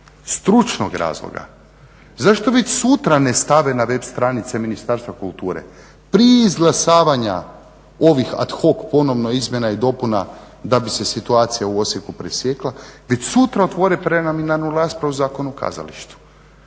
stručnog razloga, zašto već sutra ne stave na web stranice Ministarstva kulture prije izglasavanja ovih ad hoc ponovno izmjena i dopuna da bi se situacija u Osijeku presjekla, već sutra otvore preliminarnu raspravu o Zakonu o kazalištu,